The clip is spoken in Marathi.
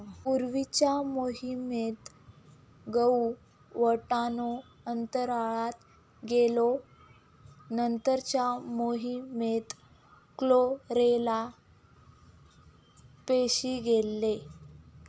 पूर्वीच्या मोहिमेत गहु, वाटाणो अंतराळात गेलो नंतरच्या मोहिमेत क्लोरेला पेशी गेले